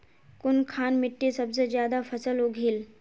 कुनखान मिट्टी सबसे ज्यादा फसल उगहिल?